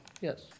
Yes